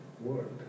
world